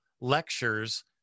lectures